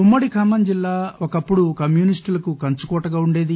ఉమ్మడి ఖమ్మం జిల్లా ఒకప్పుడు కమ్యూనిస్టులకు కంచుకోటగా ఉండేది